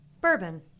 Bourbon